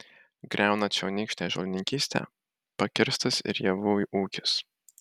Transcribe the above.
griaunant čionykštę žolininkystę pakirstas ir javų ūkis